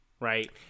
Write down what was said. right